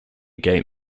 game